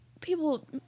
People